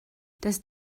das